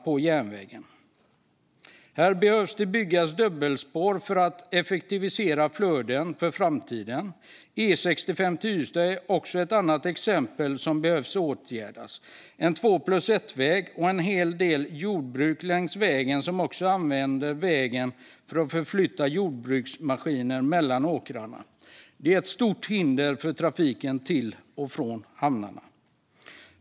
Här behöver dubbelspår byggas för att effektivisera flöden för framtiden. Det är en två-plus-ett-väg, och en hel del jordbruk längs vägen använder också vägen för att förflytta jordbruksmaskiner mellan åkrarna. Det är ett stort hinder för trafiken till och från hamnarna.